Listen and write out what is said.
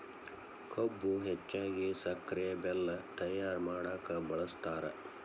ಕಬ್ಬು ಹೆಚ್ಚಾಗಿ ಸಕ್ರೆ ಬೆಲ್ಲ ತಯ್ಯಾರ ಮಾಡಕ ಬಳ್ಸತಾರ